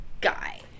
guy